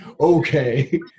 okay